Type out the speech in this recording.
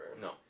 no